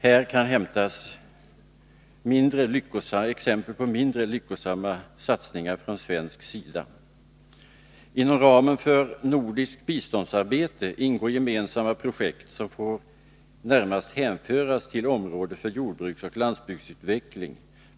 Här kan nämnas exempel på mindre lyckosamma satsningar från svensk sida. Inom ramen för nordiskt biståndssamarbete ingår gemensamma projekt, som närmast får hänföras till området för jordbruksoch landsbygdsutveckling.